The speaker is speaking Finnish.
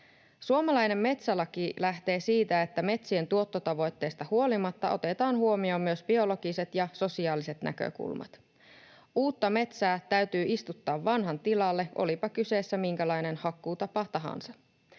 Suomalainen metsälaki lähtee siitä, että metsien tuottotavoitteesta huolimatta otetaan huomioon myös biologiset ja sosiaaliset näkökulmat. Uutta metsää täytyy istuttaa vanhan tilalle, olipa kyseessä minkälainen hakkuutapa tahansa.